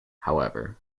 however